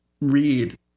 read